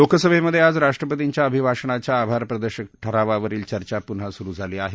लोकसभेमध्ये आज राष्ट्रपतीच्या अभिभाषणाच्या आभार प्रदर्शक ठारावा वरील चर्चा पुन्हा सुरु झाली आहे